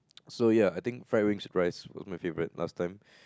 so ya I think fried wings with rice was my favourite last time